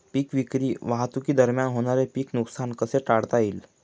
पीक विक्री वाहतुकीदरम्यान होणारे पीक नुकसान कसे टाळता येईल?